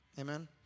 Amen